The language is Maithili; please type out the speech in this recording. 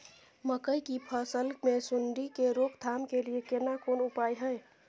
मकई की फसल मे सुंडी के रोक थाम के लिये केना कोन उपाय हय?